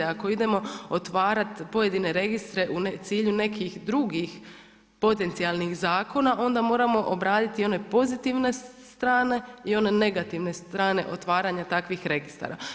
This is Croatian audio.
Ako idemo otvarati pojedine registre u cilju nekih drugih potencijalnih zakona, onda moramo obraditi i one pozitivne strane i one negativne strane otvaranja takvih registara.